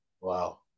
Wow